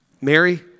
Mary